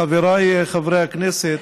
חבריי חברי הכנסת,